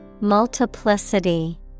Multiplicity